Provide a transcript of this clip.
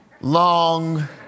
long